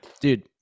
Dude